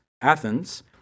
Athens